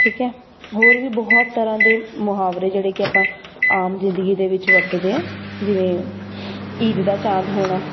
ਠੀਕ ਹੈ ਹੋਰ ਵੀ ਬਹੁਤ ਤਰ੍ਹਾਂ ਦੇ ਮੁਹਾਵਰੇ ਜਿਹੜੇ ਕਿ ਆਪਾਂ ਆਮ ਜ਼ਿੰਦਗੀ ਦੇ ਵਿੱਚ ਵਰਤਦੇ ਹਾਂ ਜਿਵੇਂ ਈਦ ਦਾ ਚੰਦ ਹੋਣਾ